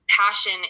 passion